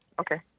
Okay